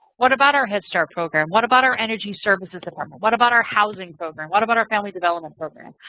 what about our head start program? what about our energy services department? what about our housing program? what about our family development program?